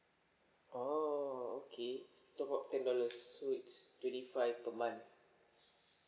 oh okay top up ten dollars so it's twenty five per month